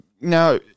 Now